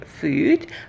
food